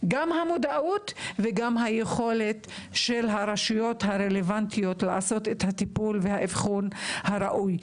המודעות ויכולת הרשויות הרלוונטיות לעשות את הטיפול והאבחון הראוי.